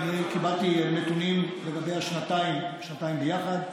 אני קיבלתי נתונים לגבי השנתיים, שנתיים ביחד.